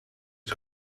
het